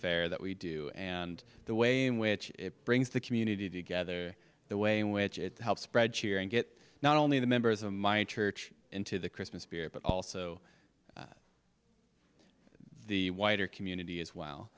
fair that we do and the way in which it brings the community together the way in which it helps spread cheer and get not only the members of my church into the christmas spirit but also the wider community as well